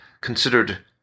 considered